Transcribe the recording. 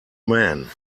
man